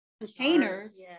containers